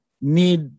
need